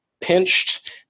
pinched